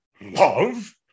Love